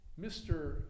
Mr